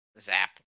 Zap